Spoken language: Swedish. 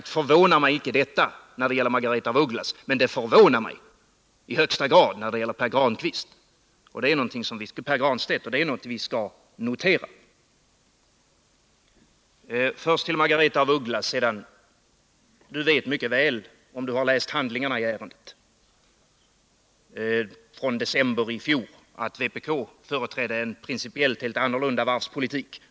Det förvånar mig inte när det gäller Margaretha af Ugglas, men det förvånar mig i högsta grad när det gäller Pär Granstedt, och det är någonting vi skall notera. Först till Margaretha af Ugglas. Du vet mycket väl, om du har läst handlingarna i ärendet från december i fjol, att vpk företrädde en principiellt helt annan varvspolitik.